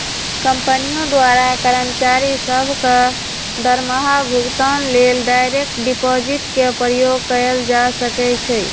कंपनियों द्वारा कर्मचारि सभ के दरमाहा भुगतान लेल डायरेक्ट डिपाजिट के प्रयोग कएल जा सकै छै